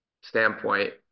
standpoint